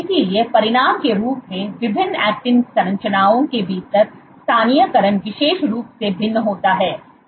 इसलिए परिणाम के रूप में विभिन्न ऐक्टिन संरचनाओं के भीतर स्थानीयकरण विशेष रूप से भिन्न होता है